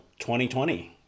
2020